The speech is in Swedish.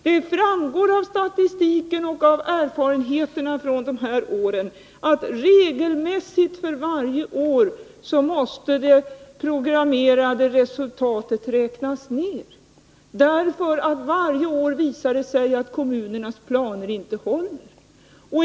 Det framgår av statistiken och av erfarenheterna från de här åren att det programmerade resultatet regelmässigt måste räknas ner för varje år. Varje år visar det sig nämligen att kommunernas planer inte håller.